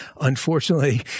unfortunately